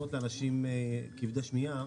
ועזרה לאנשים כבדי שמיעה.